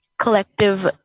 collective